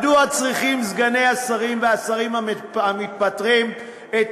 מדוע צריכים סגני השרים והשרים המתפטרים את